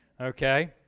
Okay